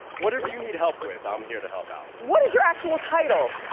whatever you need help with, i'm here to help out. what is your actual title?